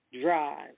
drive